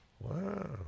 Wow